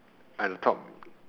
at the top